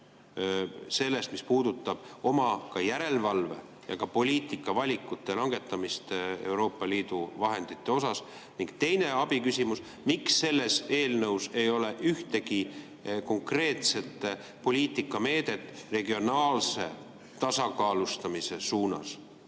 sellest, mis puudutab ka järelevalvet ja poliitikavalikute langetamist Euroopa Liidu vahendite [kasutamisel].Ning teine abiküsimus: miks selles eelnõus ei ole ühtegi konkreetset poliitikameedet regionaalse tasakaalustamise suunas?